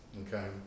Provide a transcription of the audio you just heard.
okay